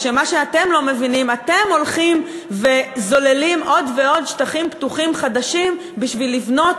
רק שאתם הולכים וזוללים עוד ועוד שטחים פתוחים חדשים כדי לבנות